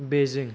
Beijing